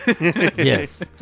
Yes